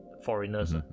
foreigners